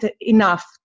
enough